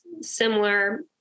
similar